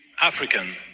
African